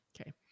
okay